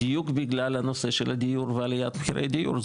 בדיוק בגלל הנושא של הדיור ועליית מחירי הדיור,